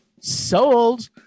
sold